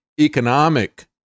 Economic